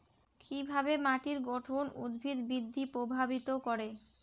কিভাবে মাটির গঠন উদ্ভিদ বৃদ্ধি প্রভাবিত করে?